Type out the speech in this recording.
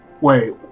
Wait